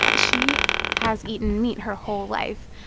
ah she has eaten meat her whole life,